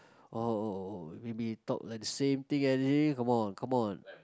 oh oh oh maybe talk like the same thing everyday come on come on